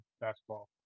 basketball